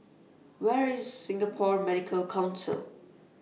Where IS Singapore Medical Council